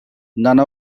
none